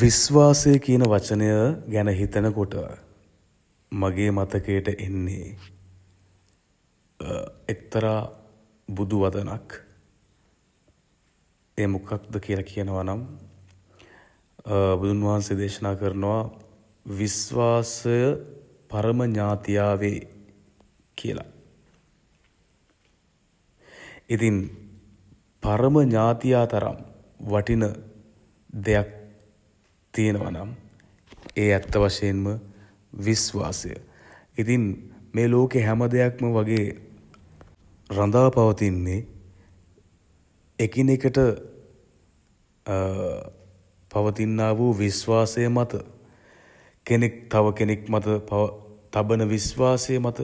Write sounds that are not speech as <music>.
විස්වාසය <hesitation> කියන වචනය <hesitation> ගැන හිතන කොට <hesitation> මගේ මතකයට එන්නේ <hesitation> එක්තරා <hesitation> බුදු වදනක්. ඒ මොකද්ද කියල කියනව නම් <hesitation> බුදුන් වහන්සේ දේශනා කරනවා <hesitation> විස්වාසය <hesitation> පරම ඥාතියා වේ <hesitation> කියල. ඉතින් <hesitation> පරම ඥාතියා තරම් <hesitation> වටින <hesitation> දෙයක් <hesitation> තියෙනව නම් <hesitation> ඒ ඇත්ත වශයෙන්ම <hesitation> විස්වාසය. ඉතින් <hesitation> මේ ලෝකේ හැම දෙයක්ම වගේ <hesitation> රඳා පවතින්නේ <hesitation> එකිනෙකට <hesitation> පවතින්නා වූ විස්වාසය මත. කෙනෙක් තව කෙනෙක් මත තබන <hesitation> විස්වාසය මත